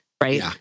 Right